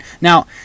Now